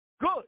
good